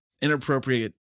inappropriate